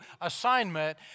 assignment